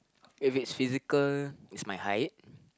if it's physical it's my height